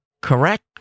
correct